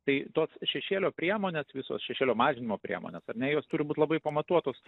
tai tos šešėlio priemonės visos šešėlio mažinimo priemonės ar ne jos turi būt labai pamatuotos